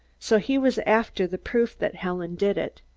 so he was after the proof that helen did it.